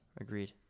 Agreed